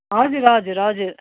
हजुर हजुर हजुर